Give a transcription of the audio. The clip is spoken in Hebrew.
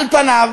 על פניו,